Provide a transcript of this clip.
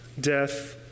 death